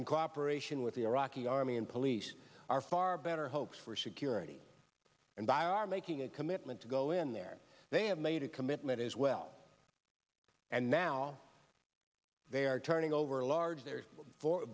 in cooperation with the iraqi army and police are far better hopes for security and i are making a commitment to go in there they have made a commitment as well and now they are turning over a large there for